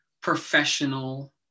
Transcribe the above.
professional